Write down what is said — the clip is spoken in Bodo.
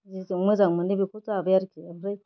जिजों मोजां मोनो बेखौ जाबाय आरोखि ओमफ्राय